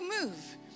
move